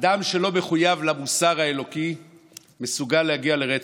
אדם שלא מחויב למוסר האלוקי מסוגל להגיע לרצח.